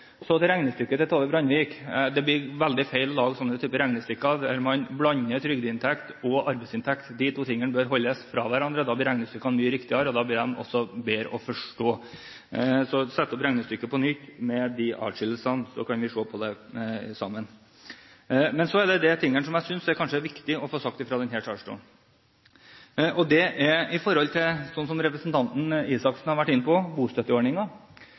Så til regnestykket til Tove Brandvik: Det blir veldig feil å lage den typen regnestykker der man blander trygdeinntekt og arbeidsinntekt. De to tingene bør holdes fra hverandre, da blir regnestykkene mye riktigere, og da blir de også bedre å forstå. Så sett opp regnestykket på nytt med de adskillelsene, så kan vi se på det sammen. Men så er det en del ting som jeg synes det er viktig å få sagt fra denne talerstolen. Det gjelder noe som også representanten Røe Isaksen har vært inne på,